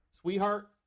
Sweetheart